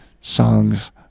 songs